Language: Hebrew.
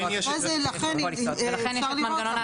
לכן אפשר לראות,